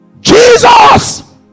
Jesus